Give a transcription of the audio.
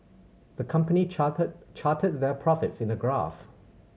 the company charted charted their profits in a graph